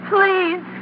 Please